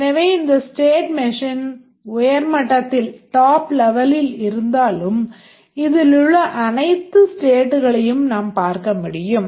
எனவே இந்த state machine உயர்மட்டத்தில் இருந்தாலும் இதிலுள்ள அனைத்து stateகளையும் நாம் பார்க்க முடியும்